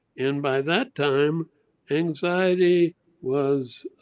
and by that time anxiety was